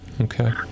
Okay